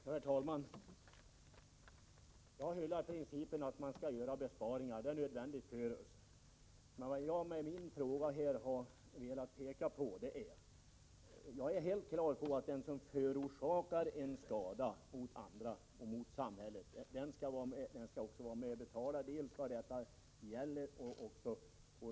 Herr talman! Jag hyllar principen att man skall göra besparingar. Det är nödvändigt för oss. Jag håller med om att den som förorsakar andra eller samhället en skada också skall vara med och betala dels själva skadan, dels avgiften för kontrollen.